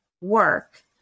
work